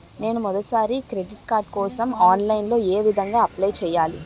నేను మొదటిసారి credit card కోసం ఆన్లైన్ లో ఏ విధంగా అప్లై చేయాలి?